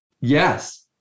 Yes